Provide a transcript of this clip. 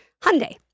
Hyundai